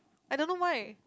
I don't know why